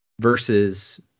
versus